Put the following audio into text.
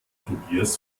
tobias